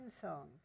song